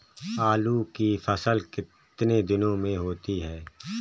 आलू की फसल कितने दिनों में होती है?